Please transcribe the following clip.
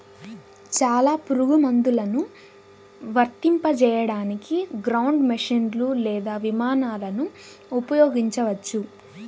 చాలా పురుగుమందులను వర్తింపజేయడానికి గ్రౌండ్ మెషీన్లు లేదా విమానాలను ఉపయోగించవచ్చు